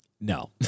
no